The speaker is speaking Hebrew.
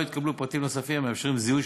לא התקבלו פרטים נוספים המאפשרים זיהוי